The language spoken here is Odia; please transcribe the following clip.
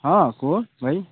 ହଁ କୁହ ଭାଇ